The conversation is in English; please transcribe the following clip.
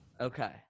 okay